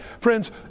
friends